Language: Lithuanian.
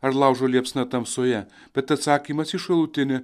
ar laužo liepsna tamsoje bet atsakymas į šalutinį